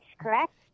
correct